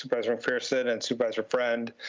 supervisor and fair sit and supervisor friend.